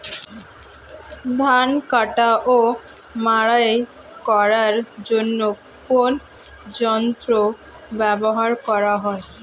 ধান কাটা ও মাড়াই করার জন্য কোন যন্ত্র ব্যবহার করা হয়?